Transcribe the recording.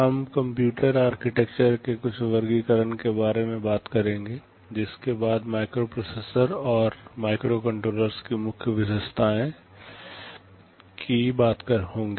हम computer architecture के कुछ वर्गीकरण के बारे में बात करेंगे जिसके बाद माइक्रोप्रोसेसर और माइक्रोकंट्रोलर्स की मुख्य विषेशताओं कि बात होंगी